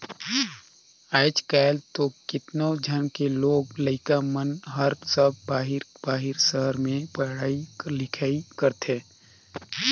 आयज कायल तो केतनो झन के लोग लइका मन हर सब बाहिर बाहिर सहर में पढ़ई लिखई करथे